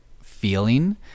feeling